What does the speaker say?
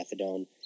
methadone